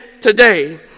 today